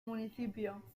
municipio